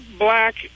black